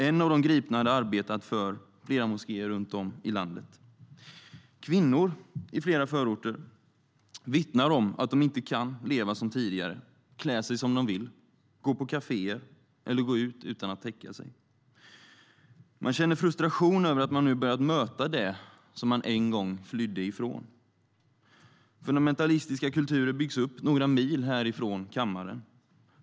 En av de gripna hade arbetat för flera moskéer runt om i landet. Kvinnor i flera förorter vittnar om att de inte kan leva som tidigare, klä sig som de vill, gå på kaféer eller gå ut utan att täcka sig. Man känner frustration över att man nu börjat möta det som man en gång flydde ifrån. Fundamentalistiska kulturer byggs upp några mil från denna kammare.